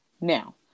now